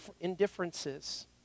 indifferences